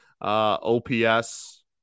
ops